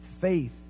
faith